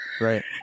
Right